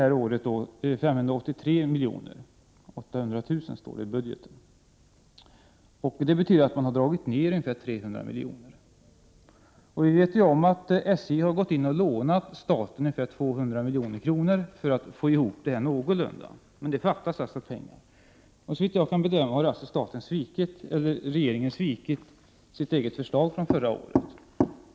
1988/89:82 583 800 000 kr. Det betyder att man dragit ned anslagen med ungefär 300 16 mars 1989 miljoner: Om persontrafiken på Vi vet ju att SJ har lånat staten ungefär 200 milj.kr. för att få ihop det här =... 0. z järnväg i Norrland någorlunda, men det fattas alltså pengar. Såvitt jag kan bedöma har regeringen svikit sitt eget förslag från förra året.